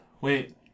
Wait